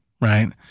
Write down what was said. right